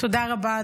תודה רבה.